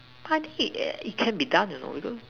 party eh it can be done you know because